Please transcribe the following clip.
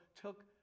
took